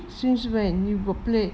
since when you got play